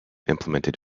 implemented